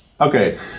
Okay